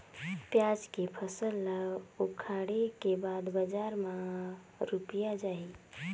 पियाज के फसल ला उखाड़े के बाद बजार मा रुपिया जाही?